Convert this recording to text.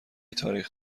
تاریخ